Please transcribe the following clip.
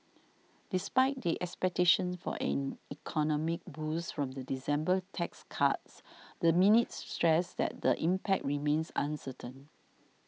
despite the expectations for an economic boost from the December tax cuts the minutes stressed that the impact remains uncertain